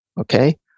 okay